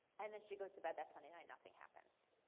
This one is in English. and then she goes to bed that sunday night nothing happens.